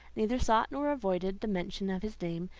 neither sought nor avoided the mention of his name,